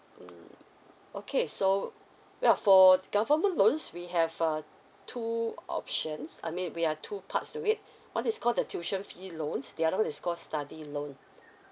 okay so well for government loans we have uh two options I mean we are two parts of it one is call the tuition fee loans the other one is call study loan